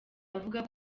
avuga